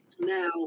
Now